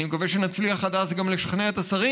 אני מקווה שנצליח עד אז גם לשכנע את השרים,